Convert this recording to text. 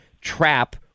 trap